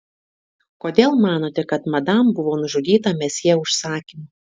kodėl manote kad madam buvo nužudyta mesjė užsakymu